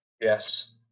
Yes